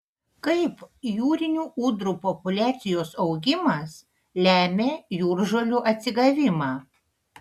kaip jūrinių ūdrų populiacijos augimas lemia jūržolių atsigavimą